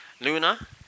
luna